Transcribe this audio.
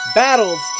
battles